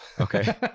okay